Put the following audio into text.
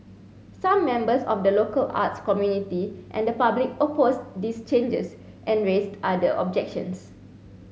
some members of the local arts community and the public opposed these changes and raised other objections